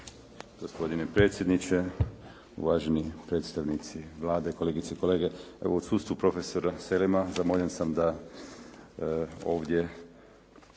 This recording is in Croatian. Gospodine predsjedniče, uvaženi predstavnici Vlade, kolegice i kolege. Evo, u odsustvu profesora Selema zamoljen sam da ovdje